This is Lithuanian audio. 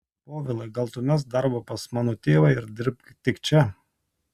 povilai gal tu mesk darbą pas mano tėvą ir dirbk tik čia